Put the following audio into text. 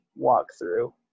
walkthrough